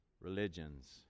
religions